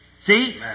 See